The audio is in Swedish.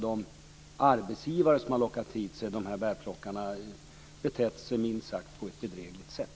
De arbetsgivare som har lockat hit de här bärplockarna har betett sig minst sagt på ett bedrägligt sätt.